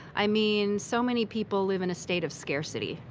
i mean, so many people live in a state of scarcity,